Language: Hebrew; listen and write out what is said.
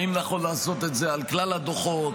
האם נכון לעשות את זה על כלל הדוחות?